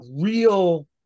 real